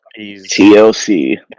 TLC